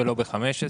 ולא בגיל 15,